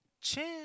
Champ